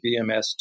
BMS